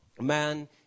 man